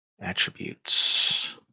attributes